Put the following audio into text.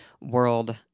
world